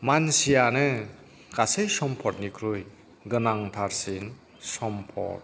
मानसियानो खायसे सम्फदनिख्रुय गोनांथारसिन सम्फद